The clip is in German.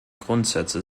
grundsätze